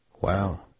Wow